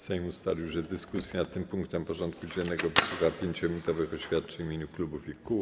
Sejm ustalił, że w dyskusji nad tym punktem porządku dziennego wysłucha 5-minutowych oświadczeń w imieniu klubów i kół.